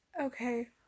Okay